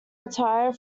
retire